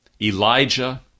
Elijah